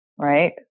right